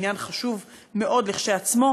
עניין חשוב מאוד כשלעצמו,